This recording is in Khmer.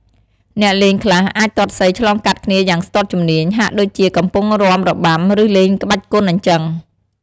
អ្នកលេងខ្លះអាចទាត់សីឆ្លងកាត់គ្នាយ៉ាងស្ទាត់ជំនាញ ហាក់ដូចជាកំពុងរាំរបាំ ឬលេងក្បាច់គុនអីចឹង។